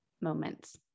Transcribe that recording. moments